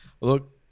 Look